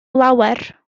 lawer